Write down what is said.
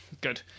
good